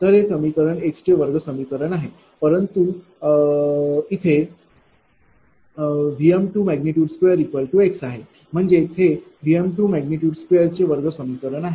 तर हे समीकरण x चे वर्ग समीकरण आहे परंतु आहे इथे Vm22x आहे म्हणजेच हे Vm22चे वर्ग समीकरण आहे